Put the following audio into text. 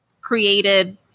created